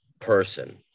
person